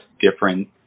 different